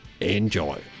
Enjoy